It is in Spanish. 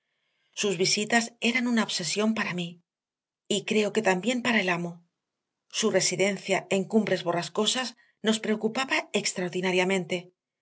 sus visitas eran una obsesión para mí y creo que también para el amo su residencia en cumbres borrascosas nos preocupaba extraordinariamente